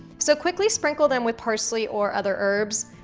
so quickly sprinkle them with parsley or other herbs,